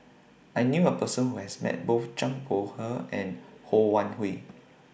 I knew A Person Who has Met Both Zhang Bohe and Ho Wan Hui